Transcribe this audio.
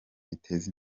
biteza